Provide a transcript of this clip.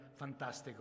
Fantastico